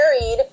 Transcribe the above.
married